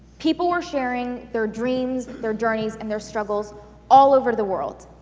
people were sharing their dreams, their journeys and their struggles all over the world.